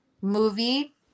Movie